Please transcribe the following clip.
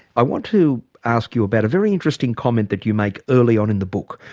i want to ask you about a very interesting comment that you make early on in the book,